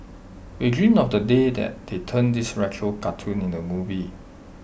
we dream of the day that they turn this retro cartoon into A movie